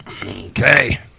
Okay